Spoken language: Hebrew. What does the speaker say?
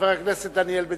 חבר הכנסת דניאל בן-סימון.